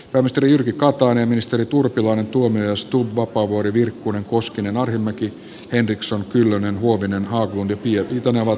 pääministeri jyrki katainen ja ministerit jutta urpilainen erkki tuomioja alexander stubb jan vapaavuori henna virkkunen jari koskinen paavo arhinmäki anna maja henriksson merja kyllönen susanna huovinen carl haglund ja mitä ne ovat